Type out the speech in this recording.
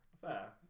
Fair